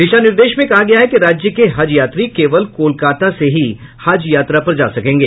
दिशा निर्देश में कहा गया है कि राज्य के हज यात्री केवल कोलकाता से ही हज यात्रा पर जा सकेंगे